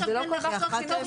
זאת לא כל מערכת החינוך.